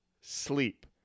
sleep